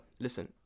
listen